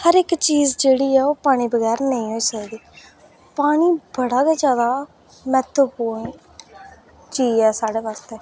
हर इक चीज जेह्ड़ी ऐ ओह् पानी बगैर नेईं होई सकदी